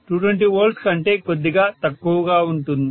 220V కంటే కొద్దిగా తక్కువగా ఉంటుంది